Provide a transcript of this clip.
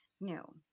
No